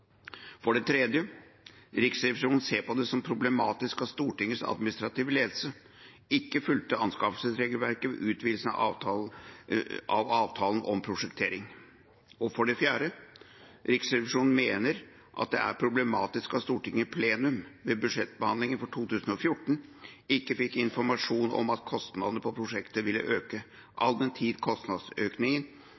presidentskap. Det tredje var at en ikke har fulgt anskaffelsesregelverket. Det gjelder det forrige presidentskapet. Det siste punktet, at Riksrevisjonen mener at det er problematisk at Stortinget i plenum ved budsjettbehandlingen for 2014 ikke fikk informasjon om at kostnaden på prosjektet ville øke,